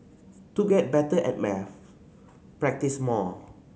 to get better at maths practise more